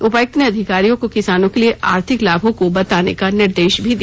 उपायुक्त ने अधिकारियों को किसानों के लिए आर्थिक लाभों को बताने का निर्देश भी दिया